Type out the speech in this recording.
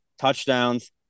touchdowns